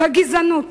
בגזענות,